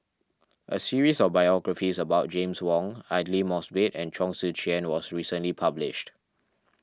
a series of biographies about James Wong Aidli Mosbit and Chong Tze Chien was recently published